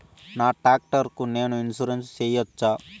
నా టాక్టర్ కు నేను ఇన్సూరెన్సు సేయొచ్చా?